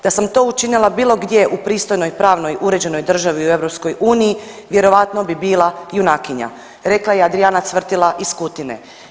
Da sam to učinila bilo gdje u pristojnoj pravnoj uređenoj državi u EU vjerojatno bi bila junakinja, rekla je Adrijana Cvrtila iz Kutine.